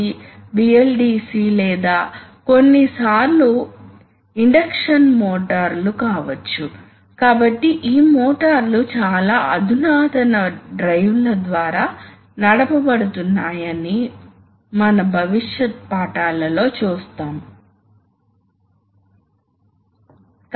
వాస్తవానికి అప్లికేషన్స్ కూడా తక్కువ డిమాండ్ కలిగివుంటాయి కాబట్టి సాధారణంగా ఇటువంటి ఖచ్చితమైన మోషన్ కంట్రోల్ డిమాండ్స్ కూడా అప్లికేషన్ వైపు నుండి ఉండవు అదేవిధంగా వేగం అంచనా కూడా సంక్లిష్టంగా ఉంటుంది ఎందుకంటే అవి వాస్తవానికి ప్రెజర్ టెంపరేచర్ మొదలైన వాటి యొక్క సంక్లిష్టమైన విధులు ఎందుకంటే మనం మాట్లాడుతున్నాం ఒక గ్యాస్ కాబట్టి చాలా కంప్రెస్సిబిలిటి సమస్యలు ఉన్నాయి